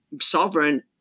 sovereign